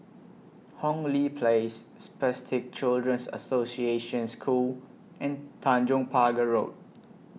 Hong Lee Place Spastic Children's Association School and Tanjong Pagar Road